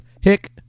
hick